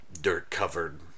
dirt-covered